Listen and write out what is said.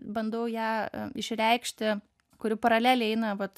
bandau ją išreikšti kuri paraleliai eina vat